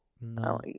No